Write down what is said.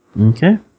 Okay